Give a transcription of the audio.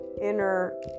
inner